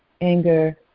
anger